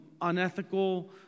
unethical